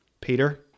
Peter